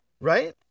Right